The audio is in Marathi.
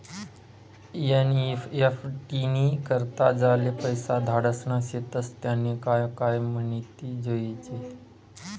एन.ई.एफ.टी नी करता ज्याले पैसा धाडना शेतस त्यानी काय काय माहिती जोयजे